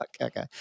okay